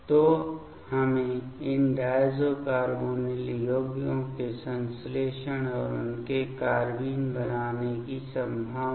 तो हमें इन डायज़ो कार्बोनिल यौगिकों के संश्लेषण और उनके कार्बेन बनाने की संभावना